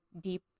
deep